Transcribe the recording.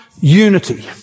unity